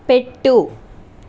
పెట్టు